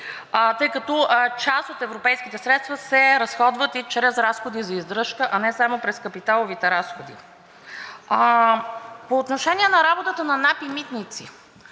тъй като част от европейските средства се разходват и чрез разходи за издръжка, а не само през капиталовите разходи. По отношение на работата на НАП и „Митници“.